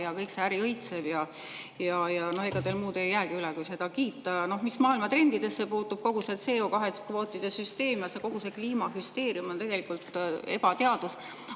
ja kõik see äri õitseb. Ega teil muud ei jäägi üle, kui seda kiita. Mis maailma trendidesse puutub: kogu see CO2-kvootide süsteem ja kogu see kliimahüsteeria on tegelikult ebateadus.